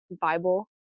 Bible